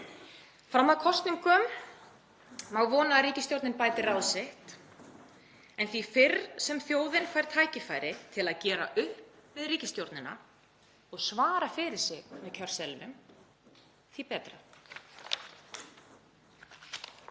Fram að kosningum má vona að ríkisstjórnin bæti ráð sitt. En því fyrr sem þjóðin fær tækifæri til að gera upp við ríkisstjórnina og svara fyrir sig með kjörseðlinum, því betra.